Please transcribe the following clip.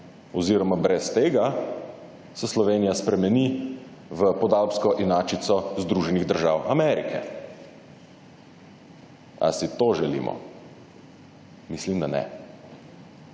oziroma brez tega se Slovenija spremeni v podalpsko inačico Združenih držav Amerike. Ali si to želimo? Mislim, da ne.